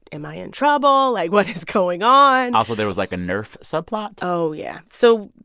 am i in trouble? like, what is going on? and also, there was, like, a nerf subplot oh, yeah. so the.